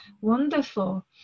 wonderful